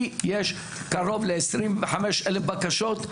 לי יש קרוב ל-25 אלף בקשות,